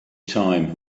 time